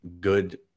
good